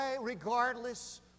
regardless